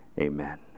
Amen